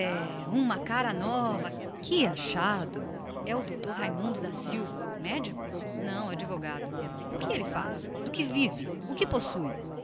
um cara nova que achado é o dr raimundo da silva médico não formado em direito ah é advogado que faz ele do que vive o que possui